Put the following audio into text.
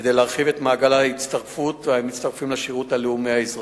כדי להרחיב את מעגל המצטרפים לשירות הלאומי-אזרחי,